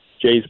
Jay's